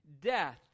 death